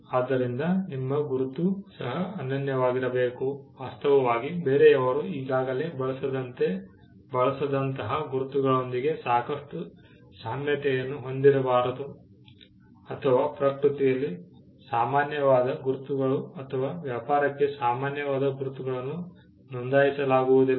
ಆದ್ದರಿಂದ ನಿಮ್ಮ ಗುರುತು ಸಹ ಅನನ್ಯವಾಗಿರಬೇಕು ವಾಸ್ತವವಾಗಿ ಬೇರೆಯವರು ಈಗಾಗಲೇ ಬಳಸಿದಂತಹ ಗುರುಗಳೊಂದಿಗೆ ಸಾಕಷ್ಟು ಸಾಮ್ಯತೆಯನ್ನು ಹೊಂದಿರಬಾರದು ಅಥವಾ ಪ್ರಕೃತಿಯಲ್ಲಿ ಸಾಮಾನ್ಯವಾದ ಗುರುತುಗಳು ಅಥವಾ ವ್ಯಾಪಾರಕ್ಕೆ ಸಾಮಾನ್ಯವಾದ ಗುರುತುಗಳನ್ನು ನೋಂದಾಯಿಸಲಾಗುವುದಿಲ್ಲ